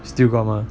still got mah